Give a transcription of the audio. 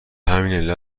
همین